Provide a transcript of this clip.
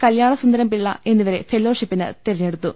കല്ല്യാണസുന്ദരം പിള്ള എന്നിവരെ ഫെല്ലോഷിപ്പിന് തെരഞ്ഞെടുത്തു